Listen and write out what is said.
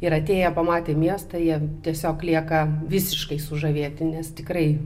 ir atėję pamatę miestą jie tiesiog lieka visiškai sužavėti nes tikrai